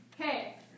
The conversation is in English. Okay